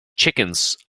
chickens